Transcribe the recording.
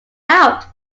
out